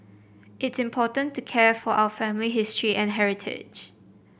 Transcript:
it's important to care for our family history and heritage